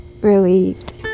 relieved